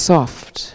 Soft